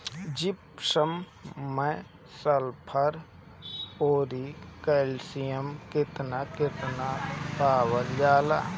Gypsum मैं sulphur औरी calcium कितना कितना पावल जाला?